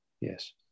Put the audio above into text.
Yes